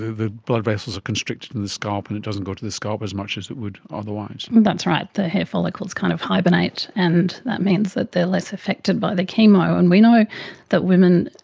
the the blood vessels are constricted in the scalp and it doesn't go to the scalp as much as it would otherwise. that's right, the hair follicles kind of hibernate and that means that they are less affected by the chemo. and we know that women,